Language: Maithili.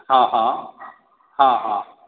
हँ हँ हँ हँ